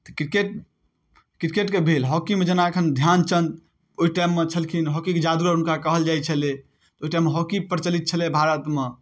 तऽ क्रिकेट क्रिकेटके भेल हॉकीमे जेना एखन ध्यानचन्द ओइ टाइममे छलखिन हॉकीके जादूगर हुनका कहल जाइ छलै तऽ ओइ टाइममे हॉकी प्रचलित छलै भारतमे